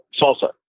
salsa